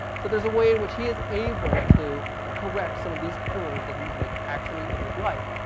so there is a way in which he is able to correct some of these errors that he's made actually in his life.